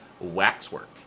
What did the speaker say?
Waxwork